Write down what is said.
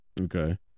okay